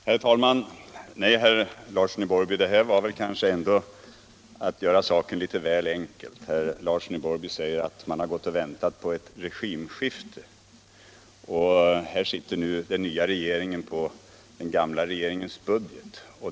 Herr talman! Nej, herr Larsson i Borrby, det här var väl ändå att göra det litet väl enkelt. Herr Larsson säger att man gått och väntat på ett regimskifte och att den nya regeringen nu sitter på den gamla regeringens budget.